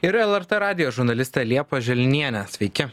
ir lrt radijo žurnalist liepa želnien sveiki